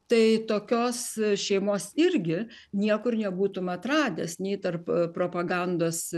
tai tokios šeimos irgi niekur nebūtum atradęs nei tarp propagandos